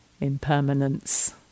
impermanence